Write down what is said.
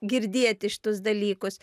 girdėti šitus dalykus